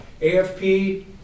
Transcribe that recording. AFP